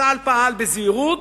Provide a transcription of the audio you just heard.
צה"ל פעל בזהירות,